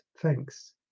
thanks